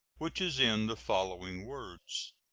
which is in the following words